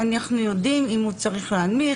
יודעים אם הוא צריך להנמיך,